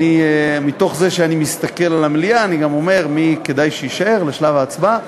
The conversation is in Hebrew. ומתוך זה שאני מסתכל על המליאה אני גם אומר מי כדאי שיישאר לשלב ההצבעה.